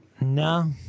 No